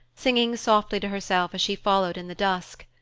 singing softly to herself as she followed in the dusk.